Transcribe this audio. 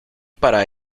para